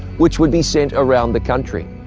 which would be sent around the country.